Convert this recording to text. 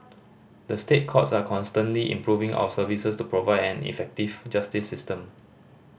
the State Courts are constantly improving our services to provide an effective justice system